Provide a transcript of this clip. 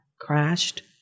crashed